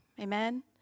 amen